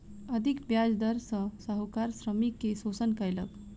अधिक ब्याज दर सॅ साहूकार श्रमिक के शोषण कयलक